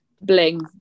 Bling